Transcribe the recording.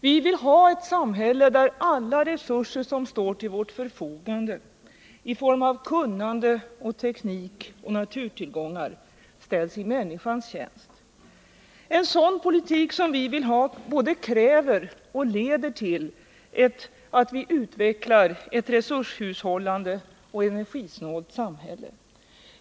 Vi vill ha ett samhälle där alla resurser som står till vårt förfogande i form av kunnande, teknik och naturtillgångar ställs i människans tjänst. En sådan politik kräver och leder samtidigt till att vi utvecklar ett resurshushållande och energisnåit samhälle.